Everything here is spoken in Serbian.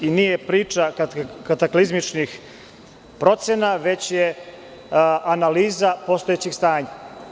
Nije priča kataklizmičkih procena, već je analiza postojećeg stanja.